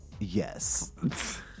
Yes